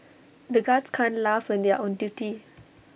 the guards can't laugh when they are on duty